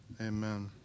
amen